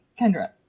Kendra